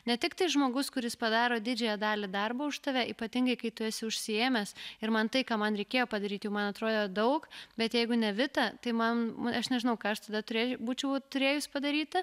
ne tik tai žmogus kuris padaro didžiąją dalį darbo už tave ypatingai kai tu esi užsiėmęs ir man tai ką man reikėjo padaryti jau man atrodė daug bet jeigu ne vita tai man aš nežinau ką aš tada turėjau būčiau turėjus padaryti